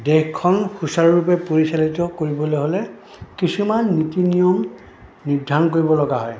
দেশখন সুচাৰুৰূপে পৰিচালিত কৰিবলৈ হ'লে কিছুমান নীতি নিয়ম নিৰ্ধাৰণ কৰিব লগা হয়